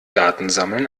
datensammeln